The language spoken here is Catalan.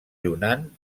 yunnan